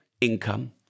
income